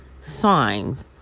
signs